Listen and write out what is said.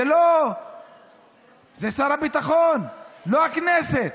זה שר הביטחון, לא הכנסת.